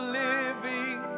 living